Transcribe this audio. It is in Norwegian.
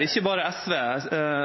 ikke bare SV.